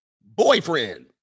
boyfriend